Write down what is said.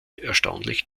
erstaunlich